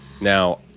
Now